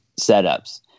setups